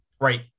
Right